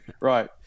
right